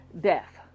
death